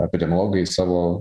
epidemiologai savo